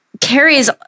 carries